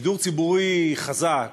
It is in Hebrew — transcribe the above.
שידור ציבורי חזק,